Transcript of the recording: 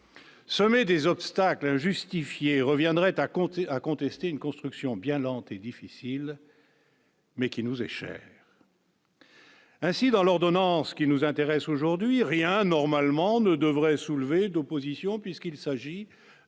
Sommet des obstacles injustifiés reviendrait à compter, à contester une construction bien lente et difficile. Mais qui nous est cher. Ainsi dans l'ordonnance, ce qui nous intéresse aujourd'hui rien normalement ne devrait soulever d'opposition puisqu'il s'agit